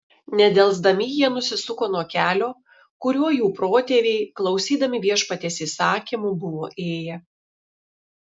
nedelsdami jie nusisuko nuo kelio kuriuo jų protėviai klausydami viešpaties įsakymų buvo ėję